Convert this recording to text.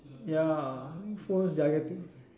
ya phones they are getting